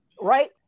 Right